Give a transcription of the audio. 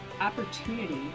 opportunity